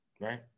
right